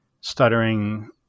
stuttering